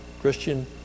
Christian